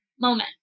moment